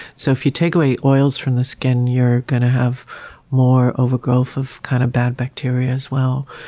so if you take away oils from the skin, you're going to have more overgrowth of kind of bad bacteria as well.